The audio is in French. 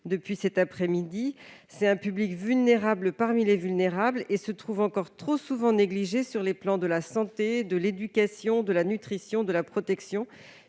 les filles demeurent un public vulnérable parmi les vulnérables et se trouvent encore trop souvent négligées sur les plans de la santé, de l'éducation, de la nutrition et de la protection.